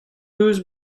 deus